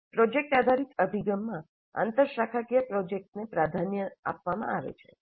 project આધારિત અભિગમમાં આંતરશાખાકીય પ્રોજેક્ટ્સને પ્રાધાન્ય આપવામાં આવે છે